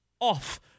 off